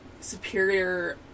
superior